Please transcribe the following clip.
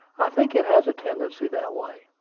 i think it has a tendency that way.